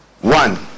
One